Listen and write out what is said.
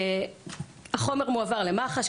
החומר מועבר למח"ש.